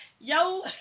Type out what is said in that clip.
Yo